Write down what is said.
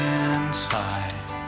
inside